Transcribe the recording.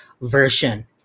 version